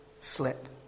slip